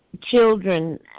children